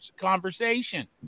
conversation